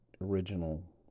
original